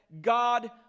God